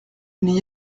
n’y